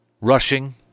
Rushing